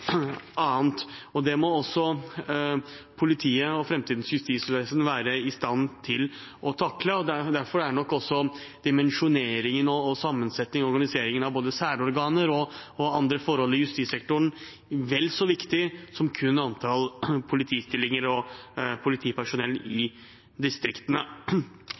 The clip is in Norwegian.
annet. Det må politiet og framtidens justisvesen være i stand til å takle. Derfor er nok også dimensjoneringen, sammensettingen og organiseringen av både særorganer og andre forhold i justissektoren vel så viktig som antall politistillinger og politipersonell i distriktene.